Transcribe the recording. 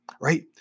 right